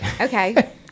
okay